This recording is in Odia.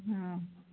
ହଁ